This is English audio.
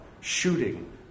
shooting